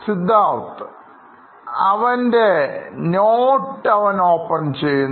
Siddharth അവൻറെ notes open ചെയ്യുന്നു